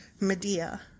Medea